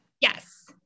Yes